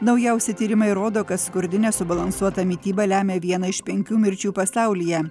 naujausi tyrimai rodo kad skurdi nesubalansuota mityba lemia vieną iš penkių mirčių pasaulyje